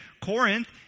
Corinth